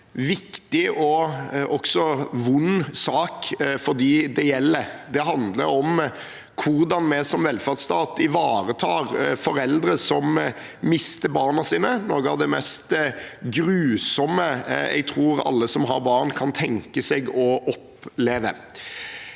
er en viktig og også vond sak for dem det gjelder. Det handler om hvordan vi som velferdsstat ivaretar foreldre som mister barn, noe jeg tror er av det mest grusomme alle som har barn kan tenke seg å oppleve.